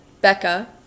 Becca